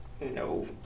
No